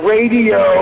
Radio